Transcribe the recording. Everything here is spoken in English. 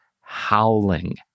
howling